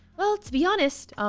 well, to be honest,